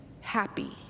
happy